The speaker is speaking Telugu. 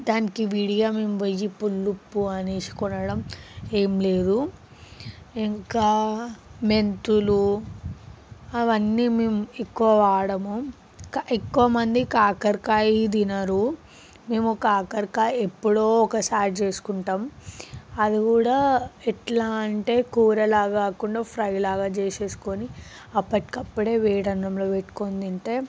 దానికి విడియంపోయి పుల్ల ఉప్పు అనేసి కోనడం ఏం లేదు ఇంకా మెంతులు అవన్నీ మేము ఎక్కువ వాడము కా ఎక్కువ మంది కాకరకాయ తినరు మేము కాకరకాయ ఎప్పుడో ఒకసారి చేసుకుంటాం అది కూడా ఎట్లా అంటే కూరలాగా కాకుండా ఫ్రైలాగా చేసేసుకొని అప్పటికప్పుడే వేడి అన్నంలో పెట్టుకొని తింటే